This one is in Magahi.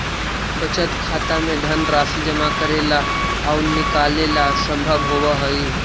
बचत खाता में धनराशि जमा करेला आउ निकालेला संभव होवऽ हइ